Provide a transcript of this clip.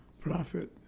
prophet